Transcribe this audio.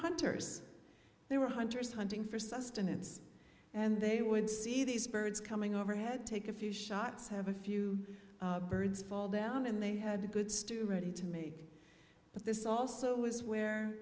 hunters there were hunters hunting for sustenance and they would see these birds coming overhead take a few shots have a few birds fall down and they had a good steward to make but this also was where